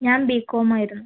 ഞാൻ ബികോം ആയിരുന്നു